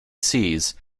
seas